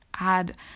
add